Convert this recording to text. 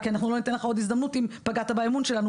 כי אנחנו לא ניתן לך עוד הזדמנות אם פגעת באמינות שלנו,